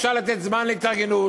אפשר לתת זמן להתארגנות,